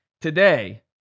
today